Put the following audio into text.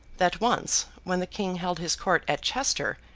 that once, when the king held his court at chester,